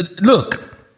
Look